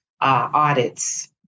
Audits